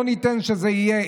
לא ניתן שזה יהיה.